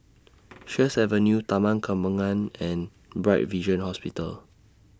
Sheares Avenue Taman Kembangan and Bright Vision Hospital